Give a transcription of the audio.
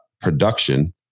production